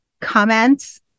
Comments